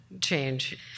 change